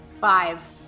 Five